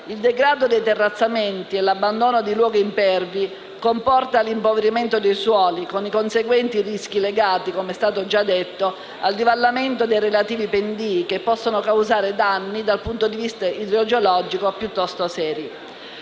Il degrado dei terrazzamenti e l'abbandono di luoghi impervi comportano l'impoverimento dei suoli, con i conseguenti rischi legati, come già detto, al divallamento dei relativi pendii, che possono causare danni piuttosto seri dal punto di vista idrogeologico. L'intervento